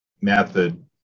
method